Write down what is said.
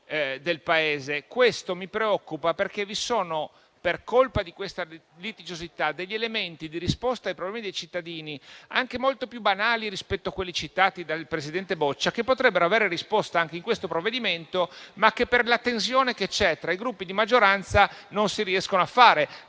del Paese. Questo mi preoccupa perché, per colpa di questa litigiosità, vi sono degli elementi di risposta ai problemi dei cittadini, anche quelli molto più banali rispetto a quelli citati dal presidente Boccia, che potrebbero avere risposta anche in questo provvedimento, ma che, per la tensione che c'è tra i Gruppi di maggioranza, non si riescono a fare.